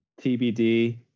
TBD